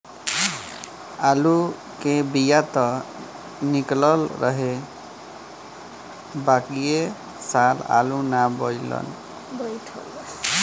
आलू के बिया त निकलल रहे बाकिर ए साल आलू ना बइठल